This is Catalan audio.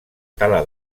tala